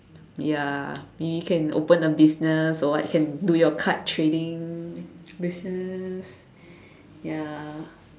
ya you can open a business or what can do your card trading business ya